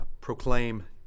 proclaim